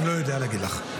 ואני לא יודע להגיד לך.